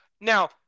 Now